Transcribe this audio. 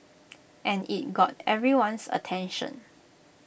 and IT got everyone's attention